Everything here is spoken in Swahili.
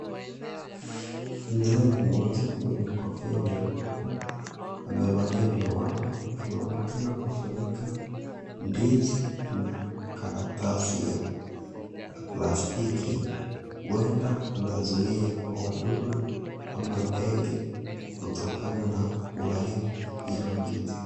Mzee mmoja mwenye kofia nyeupe amevalia mihiwani anaonekana kufunika ndizi na karatasi ya plastiki ,huenda anazuia wadudu ama ndege kutokana na kuharibu hiyo ndizi.